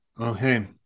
Okay